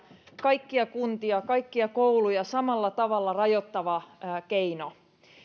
kaikkia kuntia kaikkia kouluja samalla tavalla rajoittava keino